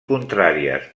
contràries